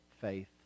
faith